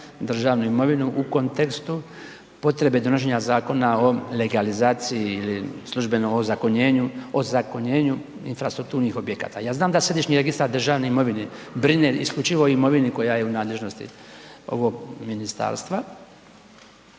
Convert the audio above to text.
državni imovinu u kontekstu potrebe donošenja Zakona o legalizaciji ili službeno ozakonjenju infrastrukturnih objekata. Ja znam da Središnji registar državne imovine brine isključivo o imovini koja je u nadležnosti ovog ministarstva,